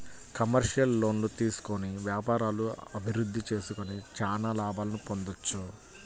commercial లోన్లు తీసుకొని వ్యాపారాలను అభిరుద్ధి చేసుకొని చానా లాభాలను పొందొచ్చు